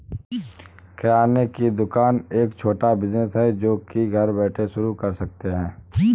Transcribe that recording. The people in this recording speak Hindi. किराने की दुकान एक छोटा बिज़नेस है जो की घर बैठे शुरू कर सकते है